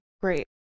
great